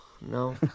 no